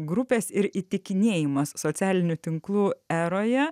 grupės ir įtikinėjimas socialinių tinklų eroje